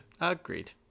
agreed